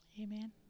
Amen